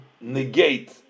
negate